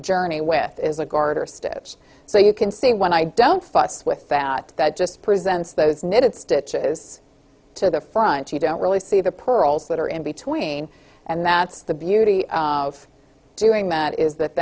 journey with is a garter steps so you can see when i don't fuss with that that just presents those knitted stitches to the front you don't really see the pearls that are in between and that's the beauty of doing that is that